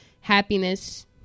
happiness